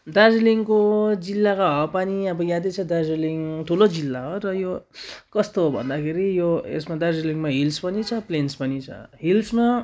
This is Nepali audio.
दार्जिलिङको जिल्लाको हावापानी अब यादै छ दार्जिलिङ ठुलो जिल्ला हो र यो कस्तो हो भन्दाखेरि यो यसमा दार्जिलिङमा हिल्स पनि छ प्लेन्स पनि छ हिल्समा